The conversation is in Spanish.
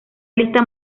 lista